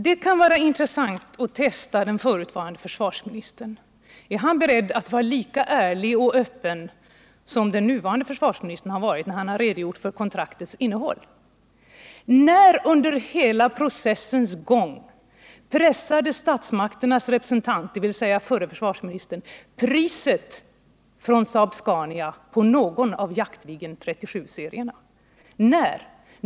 Det kan vara intressant att testa den förutvarande försvarsministern. Är han beredd att vara lika ärlig och öppen som den nuvarande försvarsministern har varit när han har redogjort för kontraktets innehåll? När under hela processens gång pressade statsmakternas representant, dvs. förre försvarsministern, priset från Saab-Scania på JA 37-serierna?